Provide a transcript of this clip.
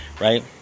Right